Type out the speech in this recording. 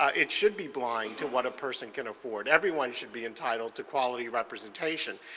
ah it should be blind to what a person could afford. everyone should be entitled to quality representation.